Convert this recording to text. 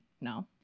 No